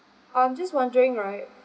I'm just wondering right